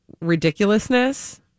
ridiculousness